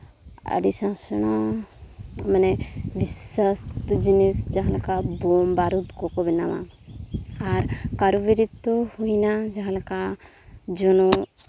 ᱟᱹᱰᱤ ᱥᱮᱬᱟ ᱥᱮᱬᱟ ᱢᱟᱱᱮ ᱵᱤᱥᱟᱠᱛᱚ ᱡᱤᱱᱤᱥ ᱡᱟᱦᱟᱸ ᱞᱮᱠᱟ ᱵᱟᱹᱨᱩᱫᱽ ᱠᱚᱠᱚ ᱵᱮᱱᱟᱣᱟ ᱟᱨ ᱠᱟᱹᱨᱵᱤᱨᱤᱫ ᱫᱚ ᱦᱩᱭᱱᱟ ᱡᱟᱦᱟᱸ ᱞᱮᱠᱟ ᱡᱚᱱᱚᱜ